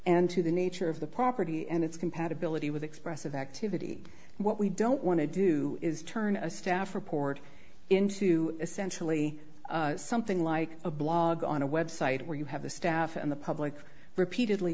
and to the nature of the property and its compatibility with expressive activity what we don't want to do is turn a staff report into essentially something like a blog on a website where you have the staff and the public repeatedly